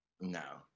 No